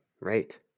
Right